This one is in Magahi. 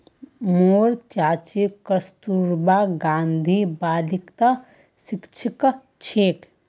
मोर चाची कस्तूरबा गांधी बालिकात शिक्षिका छेक